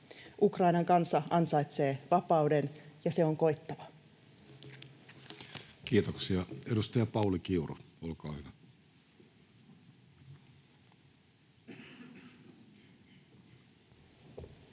Ukrainan kansa ansaitsee vapauden, ja se on koittava. Kiitoksia. — Edustaja Pauli Kiuru, olkaa hyvä.